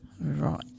Right